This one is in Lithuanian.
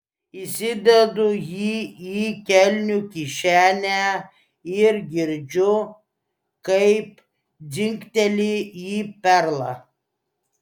įsidedu jį į kelnių kišenę ir girdžiu kaip dzingteli į perlą